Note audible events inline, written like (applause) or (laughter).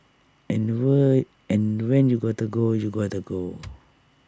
and were and when you gotta go you gotta go (noise)